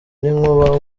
n’inkuba